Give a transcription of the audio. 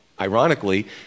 ironically